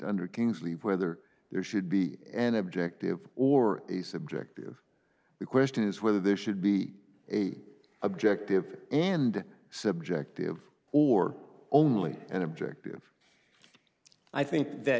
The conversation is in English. under kingsley whether there should be an objective or a subjective the question is whether this should be a objective and subjective or only and objective i think that